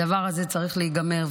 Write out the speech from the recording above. הדבר הזה צריך להיגמר.